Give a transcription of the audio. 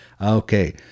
okay